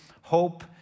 Hope